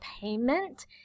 payment